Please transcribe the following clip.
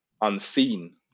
unseen